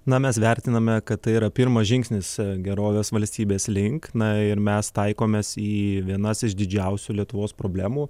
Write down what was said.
na mes vertiname kad tai yra pirmas žingsnis gerovės valstybės link na ir mes taikomės į vienas iš didžiausių lietuvos problemų